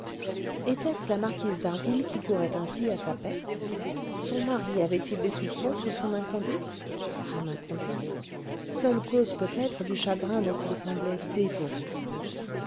était-ce la marquise d'harville qui courait ainsi à sa perte son mari avait-il des soupçons sur son inconduite son inconduite seule cause peut-être du chagrin dont il semblait dévoré